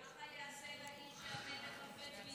ככה ייעשה לאיש שהמלך חפץ ביקרו.